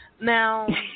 Now